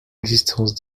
existence